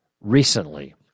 recently